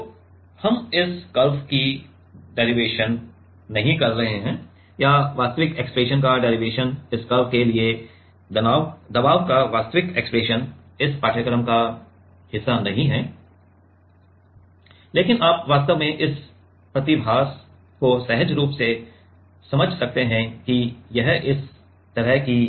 तो हम इस कर्व की डेरिवेशन नहीं कर रहे हैं या वास्तविक एक्सप्रेशन का डेरिवेशन इस कर्व के लिए दबाव का वास्तविक एक्सप्रेशन इस पाठ्यक्रम का हिस्सा नहीं है लेकिन आप वास्तव में इस प्रतिभास को सहज रूप से समझ सकते हैं कि यह इस तरह है